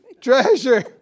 treasure